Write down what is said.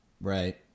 Right